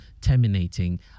Terminating